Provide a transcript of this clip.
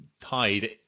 tied